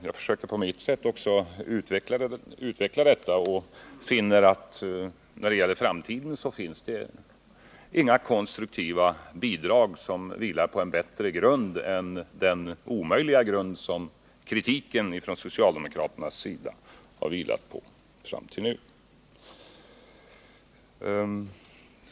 Jag försökte på mitt sätt också utveckla detta och finner att när det gäller framtiden så finns det inga konstruktiva bidrag som vilar på en bättre grund än den omöjliga grund som kritiken från socialdemokraternas sida har vilat på fram till nu.